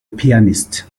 pianist